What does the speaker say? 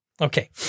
Okay